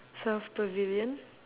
south pavilion